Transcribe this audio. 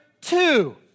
two